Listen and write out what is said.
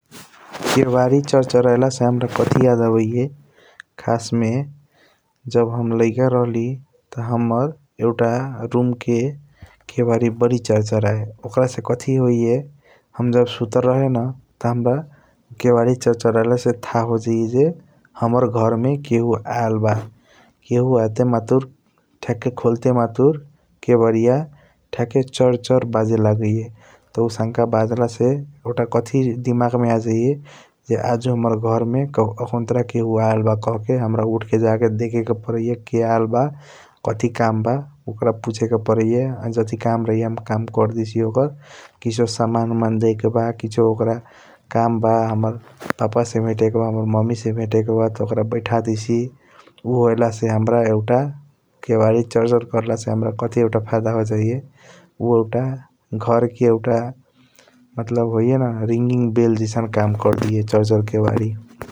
केबारी चरचर लयाला से हाम्रा कथी याद आबिया खसस मे जब हम इयालक रहली त हाम्रा एउटा रूम के । केबारी बारी चरचराया ओकर से कथी होइया जब हम सुते रहे न त हाम्रा केबारी चरचरला से थाह होजाइया ज हाम्रा घर मे केहु आयल बा । केहु आयाते मातुर थक खोलते मातुर केबारिया थक चार चार बजे लागैया त आउसनक बजला से एउटा कथी दियांग मे आजाइया । ज आजू आखुनत्र केहु आयल ब कहके हाम्रा उठे के जाके देखे क परिया के आयल बा कथी काम बा ओकर पुसे के पारैया जातही काम रहैया हम काम करडेसी ओकर । किसियों समान ओमान देयकेबा किसियों ओकर काम पापा से चाहे हाम्रा ममी से वेटे के बा त ओकर बैटहदेसी उ होयला हाम्रा केबारी चारचार करलासे हाम्रा कथी एउटा । फाइदा होजाइया उ एउटा घर के एउटा रींगिनग बेला लाख काम करददीयए चार चार केबारी ।